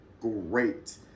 great